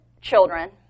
children